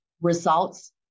results